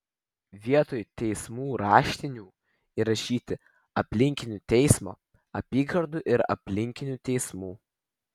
vietoj teismų raštinių įrašyti apylinkių teismo apygardų ir apylinkių teismų